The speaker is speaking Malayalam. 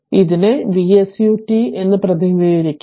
ഇതിനെ Vsut എന്ന് പ്രതിനിധീകരിക്കാം